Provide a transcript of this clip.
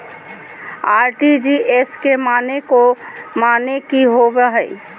RTGS के माने की होबो है?